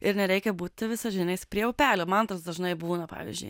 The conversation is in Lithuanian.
ir nereikia būti visažiniais prie upelio man tas dažnai būna pavyzdžiui